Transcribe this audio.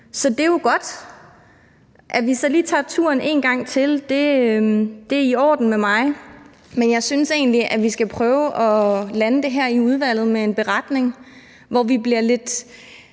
Så det er jo godt. At vi så lige tager turen en gang til, er i orden med mig, men jeg synes egentlig, at vi skal prøve at lande det her i udvalget med en beretning, hvor vi bliver lidt